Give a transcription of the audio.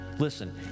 Listen